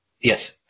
Yes